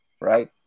right